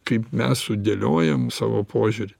kaip mes sudėliojom savo požiūrį